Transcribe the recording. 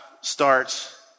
starts